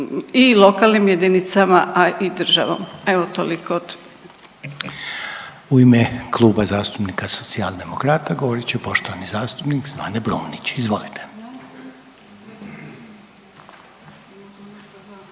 i lokalnim jedinicama, a i državom. Evo toliko od. **Reiner, Željko (HDZ)** U ime Kluba zastupnika Socijaldemokrata govorit će poštovani zastupnik Zvane Brumnić. Izvolite.